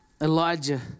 Elijah